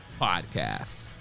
podcasts